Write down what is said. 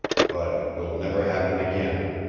but it will never happen again.